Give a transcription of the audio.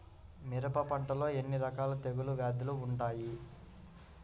మిరప పంటలో ఎన్ని రకాల తెగులు వ్యాధులు వుంటాయి?